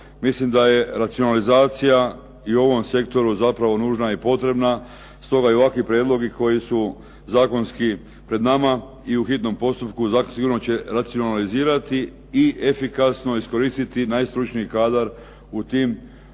Mislim da je racionalizacija i u ovom sektoru zapravo nužna i potrebna, stoga i ovakvi prijedlozi koji su zakonski pred nama i u hitnom postupku, sasvim sigurno će racionalizirati i efikasno iskoristiti najstručniji kadar u tim upravama